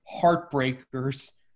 heartbreakers